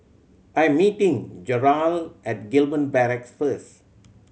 I'm meeting Jerrel at Gillman Barracks first